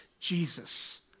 Jesus